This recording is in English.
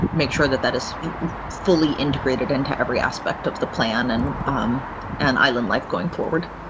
make sure that that is fully integrated into every aspect of the plan and um an island life going forward.